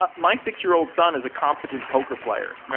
ah my six-year-old son is a competent poker player.